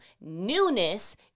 Newness